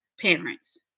parents